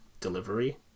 delivery